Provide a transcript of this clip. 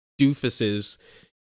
doofuses